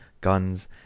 guns